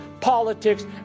politics